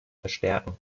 verstärken